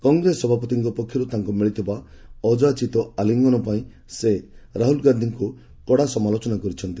କଂଗ୍ରେସ ସଭାପତିଙ୍କ ପକ୍ଷର୍ ତାଙ୍କ ମିଳିଥିବା ଅଯାାଚିତ ଆଲିଙ୍ଗନ ପାଇଁ ସେ ରାହ୍ରଲ୍ ଗାନ୍ଧିଙ୍କ କଡ଼ା ସମାଲୋଚନା କରିଛନ୍ତି